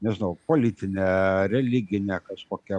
nežinau politine religine kažkokia